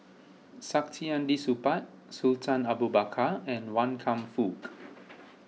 Saktiandi Supaat Sultan Abu Bakar and Wan Kam Fook